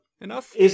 enough